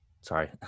sorry